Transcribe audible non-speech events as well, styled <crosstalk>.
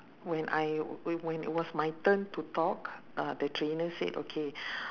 when I wh~ when it was my turn to talk uh the trainer said okay <breath>